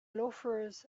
loafers